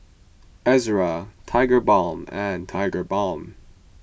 Ezerra Tigerbalm and Tigerbalm